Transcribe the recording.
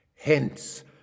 Hence